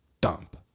dump